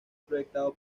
proyectado